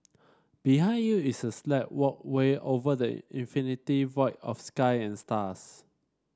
behind you is a sleek walkway over the infinite void of sky and stars